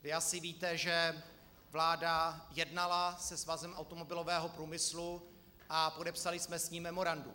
Asi víte, že vláda jednala se Svazem automobilového průmyslu a podepsali jsme s ním memorandum.